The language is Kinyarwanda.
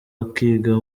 akiga